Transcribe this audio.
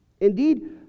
Indeed